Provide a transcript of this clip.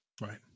Right